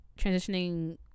transitioning